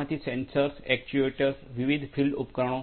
માંથી sensors actuators વિવિધ field ઉપકરણો